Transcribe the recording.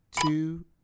two